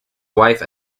wife